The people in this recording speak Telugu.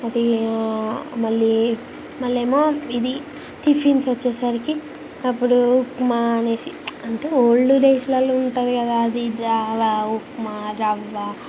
అది మళ్ళీ మళ్ళేమో ఇది టిఫిన్స్ వచ్చేసరికి అప్పుడు ఉప్మా అనేసి అంటే ఓల్డ్ డేస్లలో ఉంటుంది కదా అది జావా ఉప్మా రవ్వ